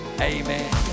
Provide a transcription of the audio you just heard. Amen